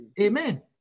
Amen